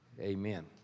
amen